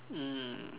mm